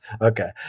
okay